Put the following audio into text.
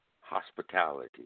hospitality